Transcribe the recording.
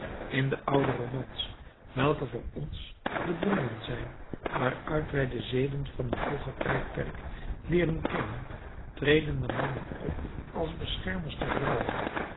in de oude romans welke voor ons de bronnen zijn waaruit wij de zeden van een vroeger tijdperk leeren kennen treden de mannen op als beschermers der vrouwen